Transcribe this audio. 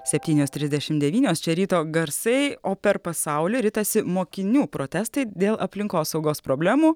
septynios trisdešimt devynios čia ryto garsai o per pasaulį ritasi mokinių protestai dėl aplinkosaugos problemų